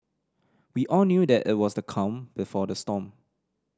we all knew that it was the calm before the storm